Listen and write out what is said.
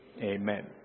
Amen